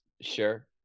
Sure